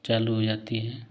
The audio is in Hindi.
चालू हो जाती है